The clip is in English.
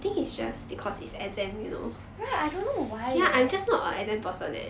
right I don't know why eh